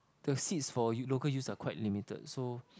the seats for local U 's are quite limited so